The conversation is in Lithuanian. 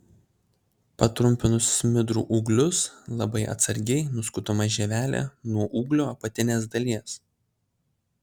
patrumpinus smidrų ūglius labai atsargiai nuskutama žievelė nuo ūglio apatinės dalies